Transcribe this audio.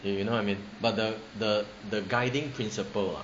if you know what I mean but the the the guiding principle ah